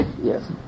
Yes